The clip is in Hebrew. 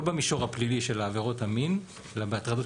לא במישור הפלילי של עבירות המין אלא בהטרדות